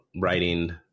writing